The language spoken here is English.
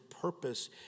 purpose